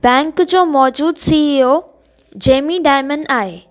bank जो मौजूद C E O Jamie Dimon आहे